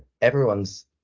everyone's